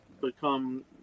become